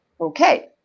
okay